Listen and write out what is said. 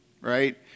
right